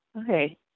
okay